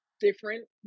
different